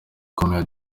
ikomeye